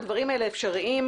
הדברים האלה אפשריים.